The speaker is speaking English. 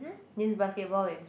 this basketball is